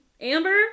Amber